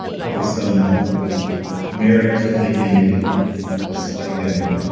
probably some merit to thinking a spike in